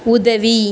உதவி